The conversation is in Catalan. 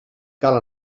cal